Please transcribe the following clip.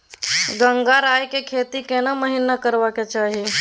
गंगराय के खेती केना महिना करबा के चाही?